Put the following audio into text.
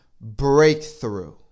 breakthrough